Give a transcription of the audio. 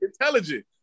intelligent